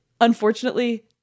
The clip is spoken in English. unfortunately